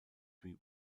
wie